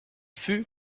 fut